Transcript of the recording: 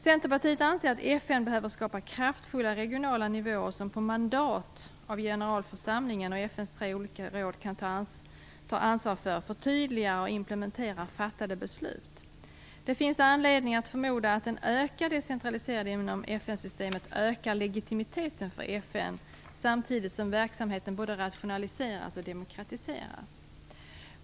Centerpartiet anser att FN behöver skapa kraftfulla regionala nivåer som på mandat av generalförsamlingen och FN:s tre olika råd tar ansvar för, förtydligar och implementerar fattade beslut. Det finns anledning att förmoda att en ökad decentralisering inom FN-systemet ökar legitimiteten för FN samtidigt som verksamheten både rationaliseras och demokratiseras.